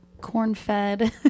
corn-fed